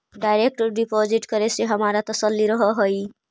direct deposit करे से हमारा तसल्ली रहअ हई